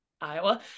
Iowa